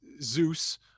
Zeus